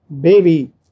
baby